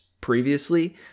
previously